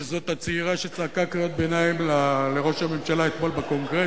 שזאת הצעירה שצעקה קריאות ביניים לראש הממשלה אתמול בקונגרס,